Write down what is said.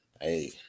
Hey